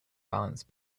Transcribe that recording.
balance